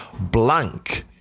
Blank